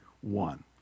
one